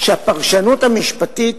שהפרשנות המשפטית